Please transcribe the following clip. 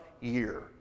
year